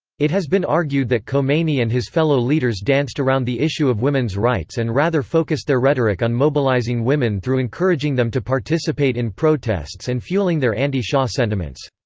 it has been argued that khomeini and his fellow leaders danced around the issue of women's rights and rather focused their rhetoric on mobilizing women through encouraging them to participate in protests and fueling their anti-shah sentiments.